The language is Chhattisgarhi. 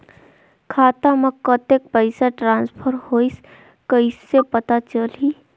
खाता म कतेक पइसा ट्रांसफर होईस कइसे पता चलही?